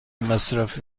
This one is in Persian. مصرف